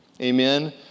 Amen